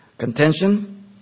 Contention